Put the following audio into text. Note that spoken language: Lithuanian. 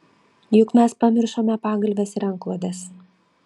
juk mes pamiršome pagalves ir antklodes